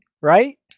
right